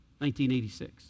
1986